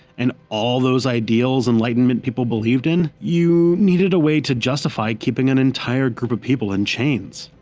and all those ideals enlightenment people believed in, you needed a way to justify keeping an entire group of people in chains.